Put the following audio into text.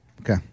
Okay